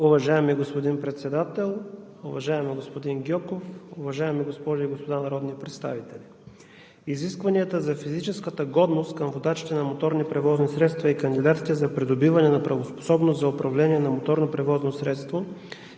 Уважаеми господин Председател, уважаеми господин Гьоков, уважаеми госпожи и господа народни представители! Изискванията за физическата годност към водачите на моторни превозни средства и кандидатите за придобиване на правоспособност за управление на моторно превозно средство,